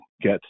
get